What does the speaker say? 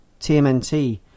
TMNT